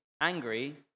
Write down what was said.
angry